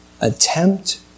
attempt